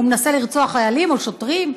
הוא מנסה לרצוח חיילים או שוטרים?